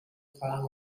phone